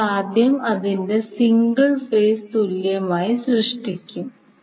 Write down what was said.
നമ്മൾ ആദ്യം അതിന്റെ സിംഗിൾ ഫേസ് തുല്യമായി സൃഷ്ടിക്കും